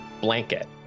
blanket